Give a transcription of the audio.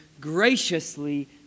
graciously